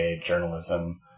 journalism